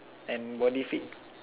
and body fit